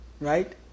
Right